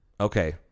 Okay